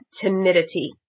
timidity